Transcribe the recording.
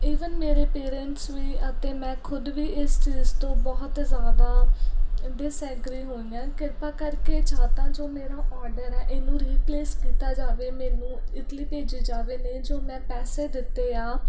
even ਮੇਰੇ parents ਵੀ ਅਤੇ ਮੈਂ ਖੁਦ ਵੀ ਇਸ ਚੀਜ਼ ਤੋਂ ਬਹੁਤ ਜ਼ਿਆਦਾ ਡਿਸਐਗਰੀ ਹੋਈ ਹਾਂ ਕਿਰਪਾ ਕਰਕੇ ਜਾਂ ਤਾਂ ਜੋ ਮੇਰਾ ਓਰਡਰ ਹੈ ਇਹਨੂੰ ਰੀਪਲੇਸ ਕੀਤਾ ਜਾਵੇ ਮੈਨੂੰ ਇਡਲੀ ਭੇਜੀ ਜਾਵੇ ਨਹੀਂ ਜੋ ਮੈਂ ਪੈਸੇ ਦਿੱਤੇ ਆ